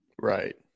Right